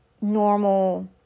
normal